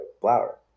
flower